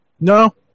No